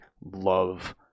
love